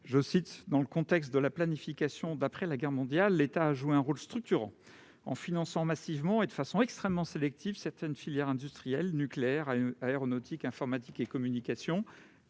du CIR :« Dans le contexte de la planification d'après la guerre mondiale, l'État a joué un rôle structurant en finançant massivement et de façon extrêmement sélective certaines filières industrielles- nucléaire, aéronautique, informatique et communication,